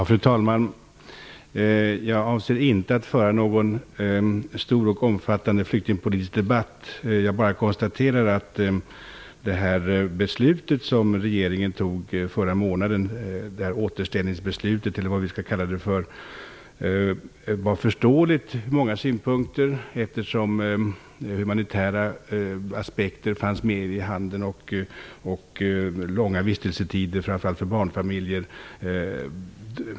Fru talman! Jag avser inte att föra någon stor och omfattande flyktingpolitisk debatt. Jag konstaterar bara att det återställningsbeslut, eller vad vi skall kalla det för, som regeringen fattade förra månaden var förståeligt från många synpunkter, eftersom humanitära aspekter fanns med, liksom långa vistelsetider, framför allt för barnfamiljer.